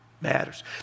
matters